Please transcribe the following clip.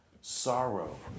sorrow